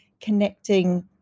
connecting